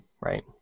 right